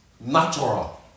natural